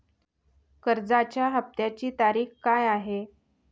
कर्जाचा हफ्त्याची तारीख काय आहे?